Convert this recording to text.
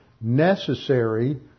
necessary